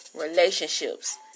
relationships